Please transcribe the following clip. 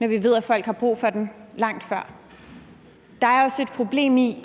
når vi ved, at folk har brug for den lang tid før. Der er også et problem i,